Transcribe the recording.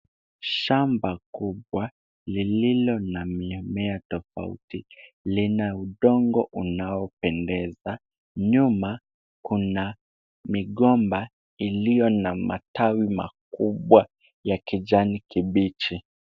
Shamba kubwa lililo na mimea tofauti. Lina udongo unao pendeza. Nyuma kuna migomba iliyo na matawi makubwa ya kijani kibichi.